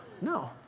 No